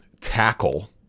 tackle